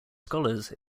scholars